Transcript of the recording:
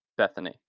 Bethany